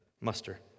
muster